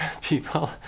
people